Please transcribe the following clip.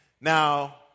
Now